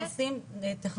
ואז הם עושים טכנולוגי.